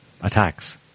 attacks